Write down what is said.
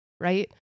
right